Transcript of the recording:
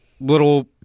little